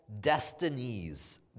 destinies